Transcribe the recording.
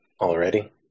already